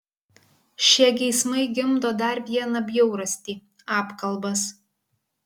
šie geismai gimdo dar vieną bjaurastį apkalbas